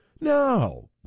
No